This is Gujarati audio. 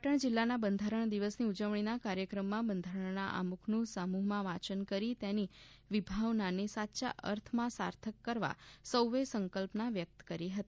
પાટણ જીલ્લામા બંધારણ દિવસની ઉજવણીના કાર્યક્રમમાં બંધારણના આમુખનું સમુહમાં વાંચન કરી તેની વિભાવનાને સાચા અર્થમાં સાર્થક કરવા સૌએ સંકલ્પના વ્યક્ત કરી હતી